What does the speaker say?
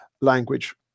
language